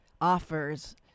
offers